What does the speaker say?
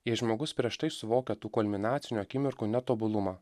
jei žmogus prieš tai suvokia tų kulminacinių akimirkų netobulumą